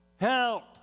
Help